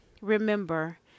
remember